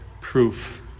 proof